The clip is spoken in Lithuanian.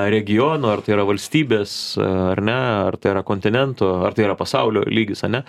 regiono ar tai yra valstybės ar ne ar tai yra kontinentų ar tai yra pasaulio lygis ane